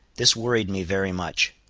this worried me very much.